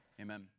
amen